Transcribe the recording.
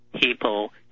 people